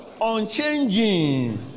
unchanging